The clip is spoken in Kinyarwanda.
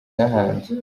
n’ahandi